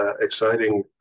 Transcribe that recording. exciting